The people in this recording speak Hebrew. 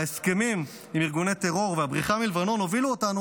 ההסכמים עם ארגוני טרור והבריחה מלבנון הובילו אותנו,